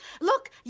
Look